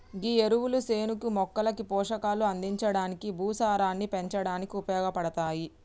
గీ ఎరువులు సేనుకి మొక్కలకి పోషకాలు అందించడానికి, భూసారాన్ని పెంచడానికి ఉపయోగపడతాయి